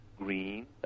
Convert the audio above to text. Green